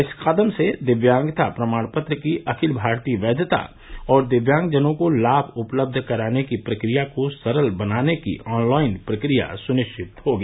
इस कदम से दिव्यांगता प्रमाण पत्र की अखिल भारतीय वैघता और दिव्यांगजनों को लाभ उपलब्ध कराने की प्रक्रिया को सरल बनाने की ऑनलाइन प्रक्रिया सुनिश्चित होगी